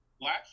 Black